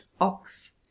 ox